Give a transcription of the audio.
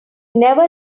never